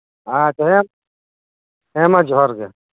ᱦᱮᱸ ᱢᱟ ᱡᱚᱦᱟᱨ ᱜᱮ